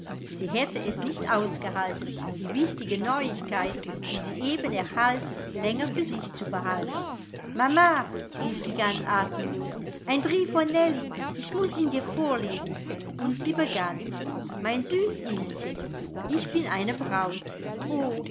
sie hätte es nicht ausgehalten die wichtige neuigkeit die sie eben erhalten länger für sich zu behalten mama rief sie ganz atemlos ein brief von nellie ich muß ihn dir vorlesen und sie begann mein süß ilschen ich bin eine braut o